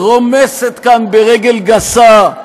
רומסת כאן ברגל גסה,